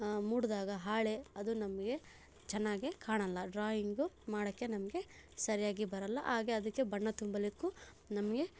ಮೂಡಿದಾಗ ಹಾಳೆ ಅದು ನಮಗೆ ಚೆನ್ನಾಗಿ ಕಾಣಲ್ಲ ಡ್ರಾಯಿಂಗು ಮಾಡೋಕ್ಕೆ ನಮಗೆ ಸರಿಯಾಗಿ ಬರಲ್ಲ ಹಾಗೆ ಅದಕ್ಕೆ ಬಣ್ಣ ತುಂಬಲಿಕ್ಕೂ ನಮಗೆ